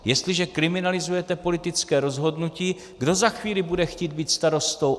Jestliže kriminalizujete politické rozhodnutí, kdo za chvíli bude chtít být starostou?